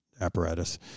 apparatus